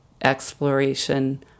exploration